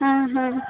ಆಂ ಹಾಂ